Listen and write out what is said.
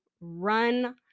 run